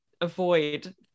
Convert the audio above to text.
avoid